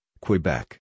Quebec